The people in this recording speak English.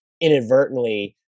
inadvertently